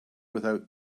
without